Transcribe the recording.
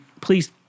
Please